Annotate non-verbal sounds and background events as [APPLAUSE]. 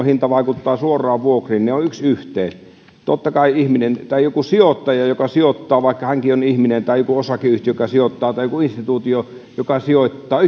[UNINTELLIGIBLE] hinta vaikuttaa suoraan vuokriin ne ovat yksi yhteen totta kai ihminen tai joku sijoittaja joka sijoittaa vaikka hänkin on ihminen tai joku osakeyhtiö joka sijoittaa tai joku instituutio joka sijoittaa [UNINTELLIGIBLE]